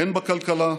הן בכלכלה,